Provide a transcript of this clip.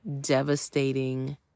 devastating